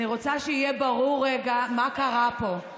אני רוצה שיהיה ברור רגע מה קרה פה.